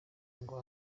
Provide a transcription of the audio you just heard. ngo